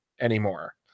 anymore